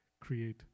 create